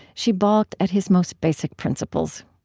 she balked at his most basic principles